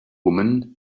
woman